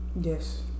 Yes